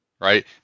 right